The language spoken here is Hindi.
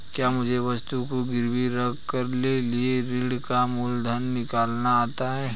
क्या तुम्हें वस्तु को गिरवी रख कर लिए गए ऋण का मूलधन निकालना आता है?